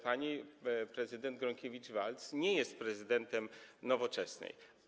Pani prezydent Gronkiewicz-Waltz nie jest prezydentem Nowoczesnej.